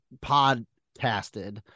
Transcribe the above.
podcasted